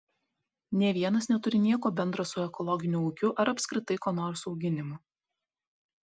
nė vienas neturi nieko bendra su ekologiniu ūkiu ar apskritai ko nors auginimu